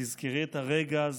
תזכרי את הרגע הזה,